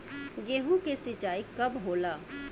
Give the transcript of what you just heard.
गेहूं के सिंचाई कब होला?